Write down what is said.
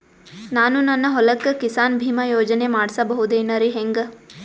ನಾನು ನನ್ನ ಹೊಲಕ್ಕ ಕಿಸಾನ್ ಬೀಮಾ ಯೋಜನೆ ಮಾಡಸ ಬಹುದೇನರಿ ಹೆಂಗ?